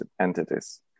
entities